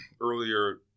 earlier